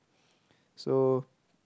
so